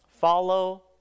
follow